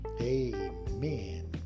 Amen